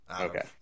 Okay